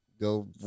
Go